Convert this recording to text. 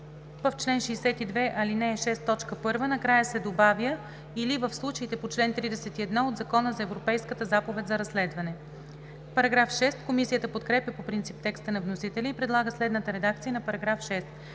в чл. 62, ал. 6, т. 1 накрая се добавя „или в случаите по чл. 31 от Закона за Европейската заповед за разследване.“ Комисията подкрепя по принцип текста на вносителя и предлага следната редакция на § 6: „§ 6.